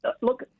look